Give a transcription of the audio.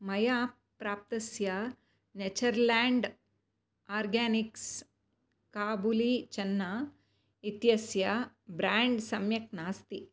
मया प्राप्तस्य Natureland organics kabuli chana इत्यस्य ब्रेण्ड् सम्यक् नास्ति